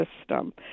system